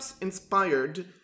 inspired